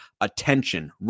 Attention